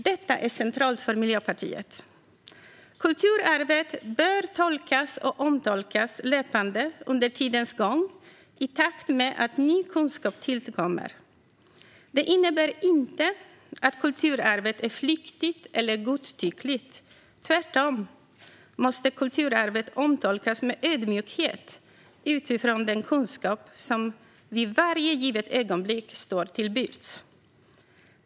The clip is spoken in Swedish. Detta är centralt för Miljöpartiet. Kulturarvet bör tolkas och omtolkas löpande under tidens gång i takt med att ny kunskap tillkommer. Det innebär inte att kulturarvet är flyktigt eller godtyckligt. Tvärtom måste kulturarvet omtolkas med ödmjukhet utifrån den kunskap som vid varje givet ögonblick står till buds.